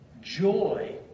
joy